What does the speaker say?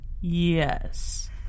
Yes